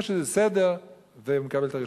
יש איזה סדר והוא מקבל את הרשיון.